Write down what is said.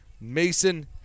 Mason